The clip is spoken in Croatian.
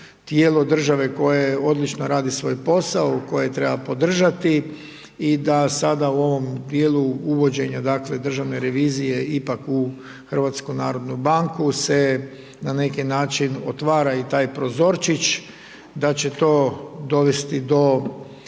tijelo države koje odlično radi svoj posao, koje treba podržati i da sada u ovom dijelu uvođenja državne revizije ipak u HNB se na neki način otvara i taj prozorčić, da će to dovesti do